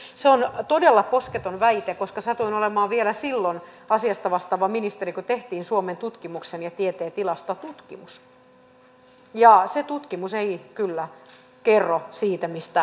se on todella posketon väite koska satuin olemaan vielä silloin asiasta vastaava ministeri kun tehtiin suomen tutkimuksen ja tieteen tilasta tutkimus ja se tutkimus ei kyllä kerro siitä mistä äsken te kerroitte